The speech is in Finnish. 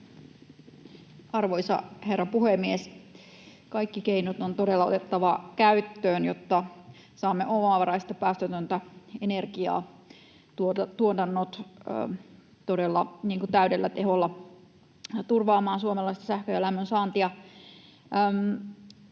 Arvoisa herra puhemies! Kaikki keinot on todella otettava käyttöön, jotta saamme omavaraista päästötöntä energiaa, tuotannot todella täydellä teholla turvaamaan suomalaisten sähkön ja lämmön saantia.